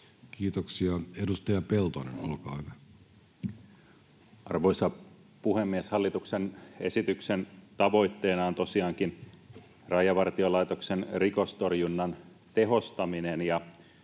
Kiitoksia. — Edustaja Peltonen, olkaa hyvä. Arvoisa puhemies! Hallituksen esityksen tavoitteena on tosiaankin Rajavartiolaitoksen rikostorjunnan tehostaminen.